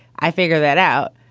i figure that out.